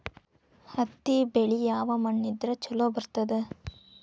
ಹತ್ತಿ ಬೆಳಿ ಯಾವ ಮಣ್ಣ ಇದ್ರ ಛಲೋ ಬರ್ತದ?